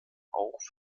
auch